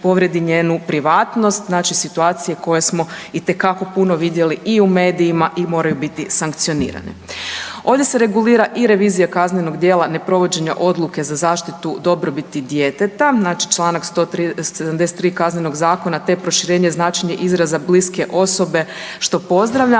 povrijedi njenu privatnost. Znači situacije koje smo itekako puno vidjeli i u medijima i moraju biti sankcionirane. Ovdje se regulira i revizija kaznenog djela neprovođenja odluke za zaštitu dobrobiti djeteta. Znači članak 173. Kaznenog zakona, te proširenje značenja bliske osobe što pozdravljamo